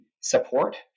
support